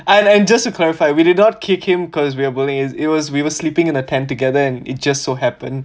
and and just to clarify we did not kick him because we are bullying it was we were sleeping in a tent together and it just so happened